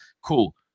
Cool